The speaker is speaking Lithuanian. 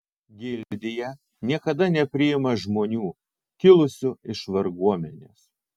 gildija niekada nepriima žmonių kilusių iš varguomenės